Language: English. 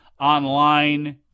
online